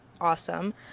awesome